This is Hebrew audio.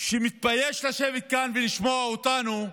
שמתבייש לשבת כאן ולשמוע אותנו,